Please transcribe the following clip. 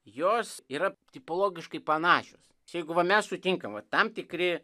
jos yra tipologiškai panašios jeigu va mes sutinkam tam tikri